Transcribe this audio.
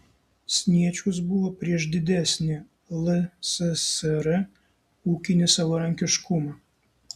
sniečkus buvo prieš didesnį lssr ūkinį savarankiškumą